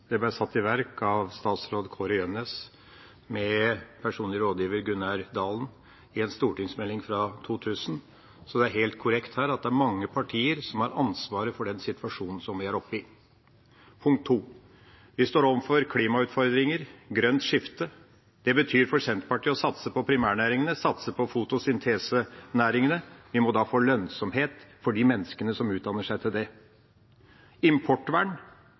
Det ble satt i verk av statsråd Kåre Gjønnes med personlig rådgiver Gunnar Dalen i en stortingsmelding fra 2000. Så det er helt korrekt at det er mange partier som har ansvaret for den situasjonen vi er oppe i. Vi står overfor klimautfordringer og grønt skifte – det betyr for Senterpartiet å satse på primærnæringene, satse på fotosyntesenæringene. Vi må da få lønnsomhet for de menneskene som utdanner seg til disse næringene. Importvern